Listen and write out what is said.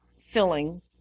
filling